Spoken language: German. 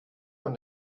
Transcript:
von